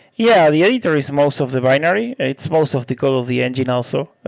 yeah, the editor is most of the binary. it's most of the code of the engine also.